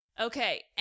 Okay